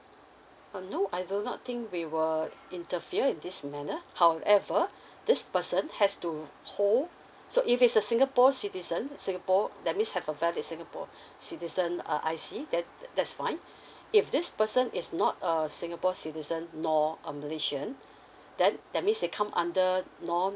uh no I do not think we were interfere in this manner however this person has to pull so if it's a singapore citizen singapore that means have a valid singapore citizen uh I_C then that's fine if this person is not a singapore citizen nor a malaysian then that means they come under non